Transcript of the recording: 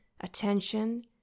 attention